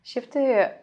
šiaip tai